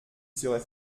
serait